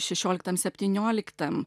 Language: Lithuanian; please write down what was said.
šešioliktam septynioliktam